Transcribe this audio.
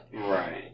Right